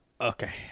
Okay